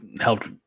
helped